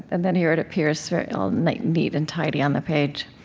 and then here it appears all neat neat and tidy on the page